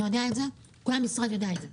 אתה יודע את זה וכל המשרד יודע את זה,